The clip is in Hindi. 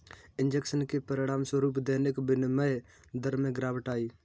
इंजेक्शन के परिणामस्वरूप दैनिक विनिमय दर में गिरावट आई